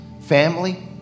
Family